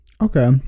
Okay